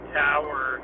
tower